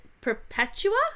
Perpetua